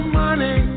money